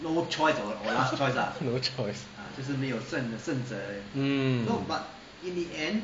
no choice mm